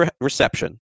reception